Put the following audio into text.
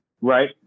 right